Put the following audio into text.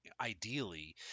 Ideally